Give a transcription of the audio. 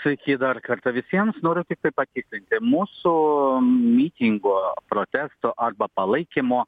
sveiki dar kartą visiems noriu tiktai patikslinti mūsų mitingo protesto arba palaikymo